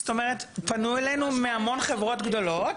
זאת אומרת, פנו אלינו מהמון חברות גדולות.